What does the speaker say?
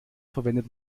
verwendet